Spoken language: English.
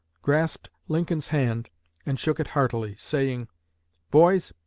grasped lincoln's hand and shook it heartily, saying boys,